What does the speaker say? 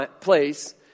place